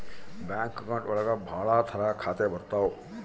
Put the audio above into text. bank account ಒಳಗ ಭಾಳ ತರ ಖಾತೆ ಬರ್ತಾವ್